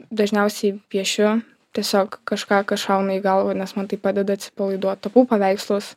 dažniausiai piešiu tiesiog kažką kas šauna į galvą nes man tai padeda atsipalaiduot tapau paveikslus